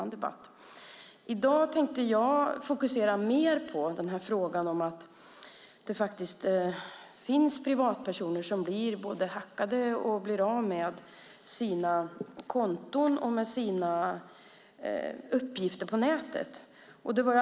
I dag tänkte jag fokusera mer på att det finns personer som blir hackade och som blir av med sina konton och uppgifter på nätet.